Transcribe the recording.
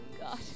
God